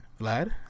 Vlad